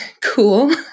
cool